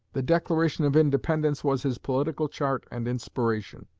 the declaration of independence was his political chart and inspiration.